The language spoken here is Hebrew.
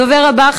הדובר הבא,